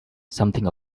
something